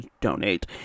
donate